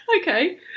okay